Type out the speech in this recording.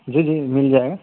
جی جی مل جائے گا